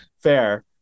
fair